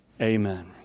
Amen